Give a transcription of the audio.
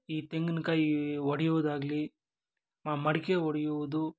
ಈ ತೆಂಗಿನ ಕಾಯಿ ಒಡೆಯುವುದಾಗಲಿ ಮಡಕೆ ಒಡೆಯುವುದು